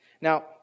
Now